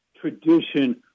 tradition